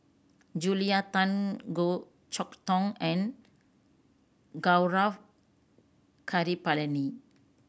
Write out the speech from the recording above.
Julia Tan Goh Chok Tong and Gaurav Kripalani